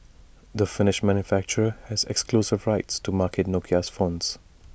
the finnish manufacturer has exclusive rights to market Nokia's phones